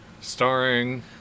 Starring